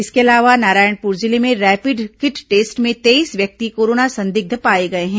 इसके अलावा नारायणपुर जिले में रैपिड किट टेस्ट में तेईस व्यक्ति कोरोना संदिग्ध पाए गए हैं